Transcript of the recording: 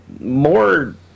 more